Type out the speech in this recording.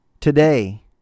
Today